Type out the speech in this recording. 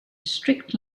strict